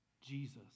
Jesus